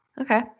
Okay